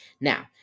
Now